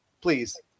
please